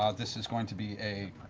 ah this is going to be a